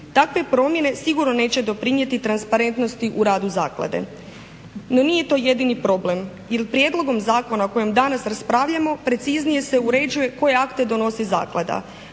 Takve promjene sigurno neće doprinijeti transparentnosti u radu zaklade. No nije to jedini problem, prijedlogom zakona o kojem danas raspravljamo preciznije se uređuje koje akte donosi zaklada.